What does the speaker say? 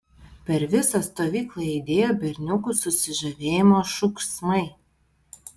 per visą stovyklą aidėjo berniuko susižavėjimo šūksmai